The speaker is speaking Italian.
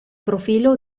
profilo